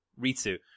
Ritsu